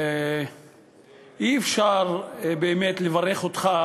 אי-אפשר באמת לברך אותך,